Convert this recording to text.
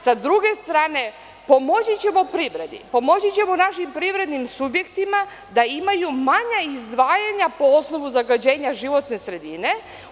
S druge strane, pomoći ćemo našim privrednim subjektima da imaju manja izdvajanja po osnovu zagađenja životne sredine.